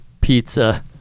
Pizza